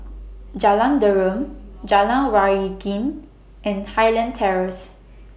Jalan Derum Jalan Waringin and Highland Terrace